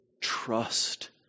Trust